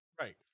right